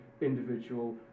individual